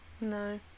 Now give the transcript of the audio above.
no